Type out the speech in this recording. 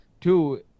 Two